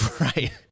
Right